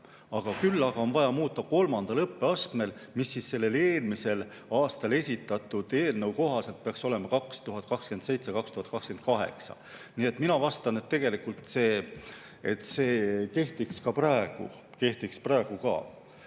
Küll aga on vaja muuta kolmandal õppeastmel, mis selle eelmisel aastal esitatud eelnõu kohaselt peaks olema 2027/2028. Nii et mina vastan, et tegelikult see kehtiks ka praegu. Mitmendat